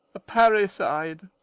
a parricide,